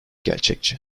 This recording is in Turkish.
gerçekçi